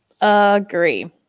Agree